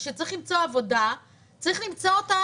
כשצריך למצוא עבודה צריך למצוא אותה,